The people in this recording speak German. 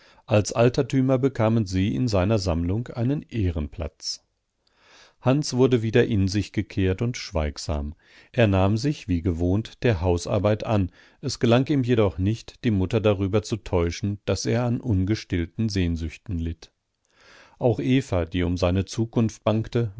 als altertümer bekamen sie in seiner sammlung einen ehrenplatz hans wurde wieder in sich gekehrt und schweigsam er nahm sich wie gewohnt der hausarbeit an es gelang ihm jedoch nicht die mutter darüber zu täuschen daß er an ungestillten sehnsüchten litt auch eva die um seine zukunft bangte